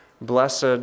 Blessed